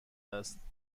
است